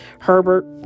Herbert